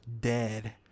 dead